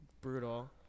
Brutal